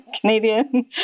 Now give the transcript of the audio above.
Canadian